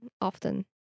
often